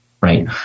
right